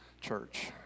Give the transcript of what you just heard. church